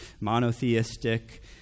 monotheistic